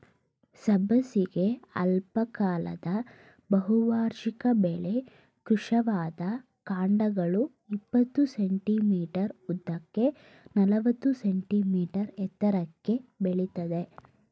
ಸಬ್ಬಸಿಗೆ ಅಲ್ಪಕಾಲದ ಬಹುವಾರ್ಷಿಕ ಬೆಳೆ ಕೃಶವಾದ ಕಾಂಡಗಳು ಇಪ್ಪತ್ತು ಸೆ.ಮೀ ಉದ್ದಕ್ಕೆ ನಲವತ್ತು ಸೆ.ಮೀ ಎತ್ತರಕ್ಕೆ ಬೆಳಿತದೆ